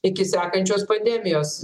iki sekančios pandemijos